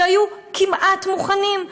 שהיו כמעט מוכנים,